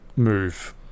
move